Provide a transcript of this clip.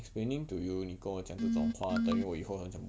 explaining to you 你跟我讲这种话 then 我以后还讲